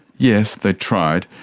yes, they tried.